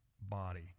body